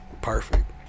Perfect